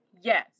Yes